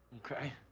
okay.